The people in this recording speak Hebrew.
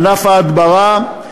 ענף ההדברה,